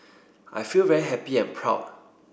I feel very happy and proud